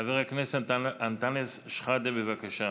חבר הכנסת אנטאנס שחאדה, בבקשה.